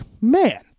man